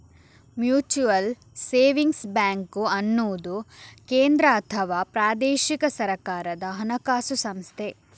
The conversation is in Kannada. ಮ್ಯೂಚುಯಲ್ ಸೇವಿಂಗ್ಸ್ ಬ್ಯಾಂಕು ಅನ್ನುದು ಕೇಂದ್ರ ಅಥವಾ ಪ್ರಾದೇಶಿಕ ಸರ್ಕಾರದ ಹಣಕಾಸು ಸಂಸ್ಥೆ